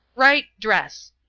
right dress!